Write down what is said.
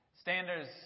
Standards